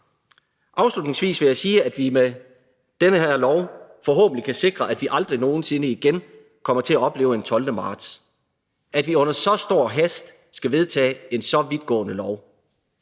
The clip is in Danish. Afslutningsvis vil jeg sige, at vi med den her lov forhåbentlig kan sikre, at vi aldrig nogen sinde igen kommer til at opleve en 12. marts, hvor vi under så stor hast skal vedtage en så vidtgående lov.